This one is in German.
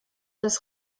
des